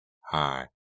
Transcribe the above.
Hi